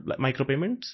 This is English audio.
micropayments